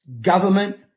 government